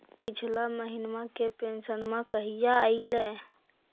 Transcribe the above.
पिछला महीना के पेंसनमा कहिया आइले?